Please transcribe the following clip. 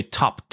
top